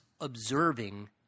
observing